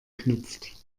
knüpft